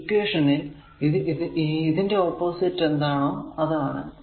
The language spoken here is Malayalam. ഈ ഇക്വേഷനിൽ ഇത് ഇതിന്റെ ഓപ്പോസിറ്റ് എന്താണോ അതാണ്